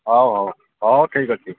ହଉ ହଉ ହଉ ଠିକ୍ ଅଛି